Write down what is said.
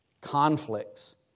conflicts